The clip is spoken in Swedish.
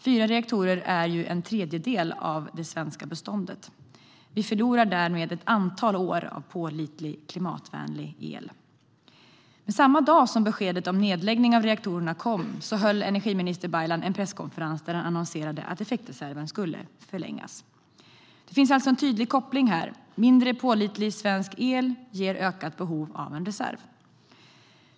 Fyra reaktorer är en tredjedel av det svenska beståndet. Vi förlorar därmed ett antal år med pålitlig, klimatvänlig el. Samma dag som beskedet om nedläggning av reaktorerna kom höll energiminister Baylan en presskonferens där han annonserade att effektreserven skulle förlängas. Det finns alltså en tydlig koppling här: mindre pålitlig svensk el ger ökat behov av en reserv.